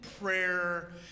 prayer